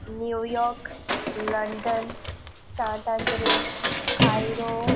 New York London सांतआंत्रे खायरो